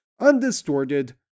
undistorted